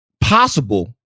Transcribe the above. possible